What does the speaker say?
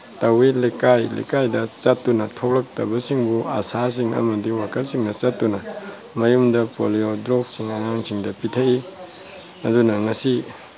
ꯇꯧꯏ ꯂꯩꯀꯥꯏ ꯂꯩꯀꯥꯏꯗ ꯆꯠꯇꯨꯅ ꯊꯣꯛꯂꯛꯇꯕꯁꯤꯡꯕꯨ ꯑꯁꯥꯁꯤꯡ ꯑꯃꯗꯤ ꯋꯥꯔꯀꯔꯁꯤꯡꯅ ꯆꯠꯇꯨꯅ ꯃꯌꯨꯝꯗ ꯄꯣꯂꯤꯑꯣ ꯗ꯭ꯔꯣꯞꯁꯤꯡ ꯑꯉꯥꯡꯁꯤꯡꯗ ꯄꯤꯊꯛꯏ ꯑꯗꯨꯅ ꯉꯁꯤ